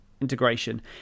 integration